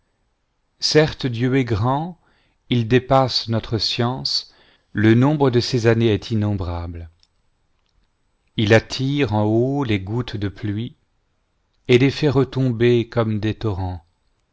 asceudere notre science le nombre de ses années est innombrable il attire en haut les gouttes de pluie et les fait retomber comme des torrents